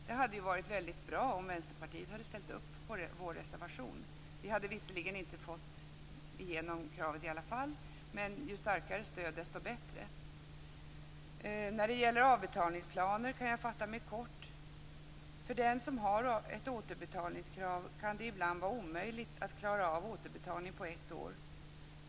Det hade varit bra om Vänsterpartiet hade ställt upp på vår reservation. Vi hade visserligen inte fått igenom kravet ändå, men ju starkare stöd desto bättre. När det gäller avbetalningsplaner kan jag fatta mig kort. För den som har ett återbetalningskrav kan det ibland vara omöjligt att klara av återbetalning på ett år.